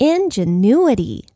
Ingenuity